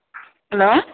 hello